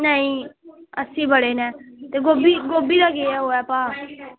नेईं अस्सी बड़े न गोभी दा ओह् केह् ऐ भाव